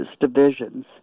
divisions